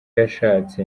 yashatse